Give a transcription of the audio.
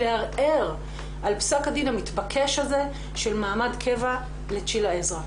לערער על פסק הדין המתבקש הזה של מעמד קבע לצ'ילה עזרא.